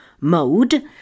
mode